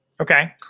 Okay